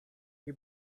you